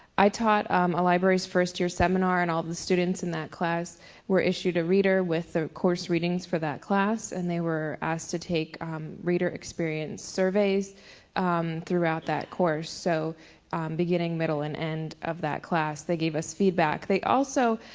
i taught a libraries first year seminar and all the students in that class were issued a reader with the course readings for that class. and they were asked to take reader experience surveys throughout that course. so beginning, middle and end of that class they gave us feedback. they also